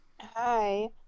Hi